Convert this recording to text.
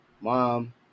Mom